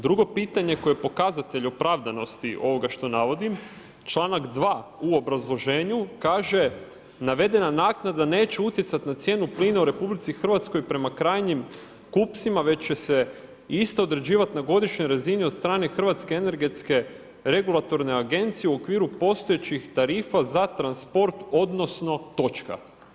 Drugo pitanje koje je pokazatelj opravdanosti ovoga što navodim, članak 2. u obrazloženju kaže naveden naknada neće utjecati na cijenu plina u RH prema krajnjim kupcima već će se ista određivati na godišnjoj razini od strane Hrvatske energetske regulatorne agencije u okviru postojećih tarifa za transport odnosno točka.